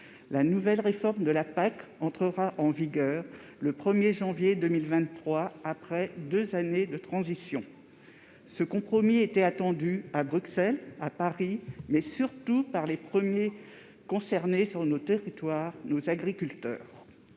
La nouvelle réforme de la PAC entrera en vigueur le 1 janvier 2023, après deux années de transition. Ce compromis était attendu à Bruxelles, à Paris, mais, surtout, par les premiers concernés sur nos territoires, à savoir nos agriculteurs.